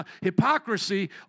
hypocrisy